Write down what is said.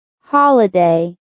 Holiday